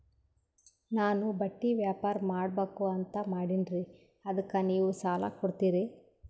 ನಾನು ಬಟ್ಟಿ ವ್ಯಾಪಾರ್ ಮಾಡಬಕು ಅಂತ ಮಾಡಿನ್ರಿ ಅದಕ್ಕ ನೀವು ಸಾಲ ಕೊಡ್ತೀರಿ?